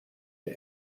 dam